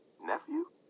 Nephew